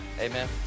Amen